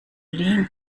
lean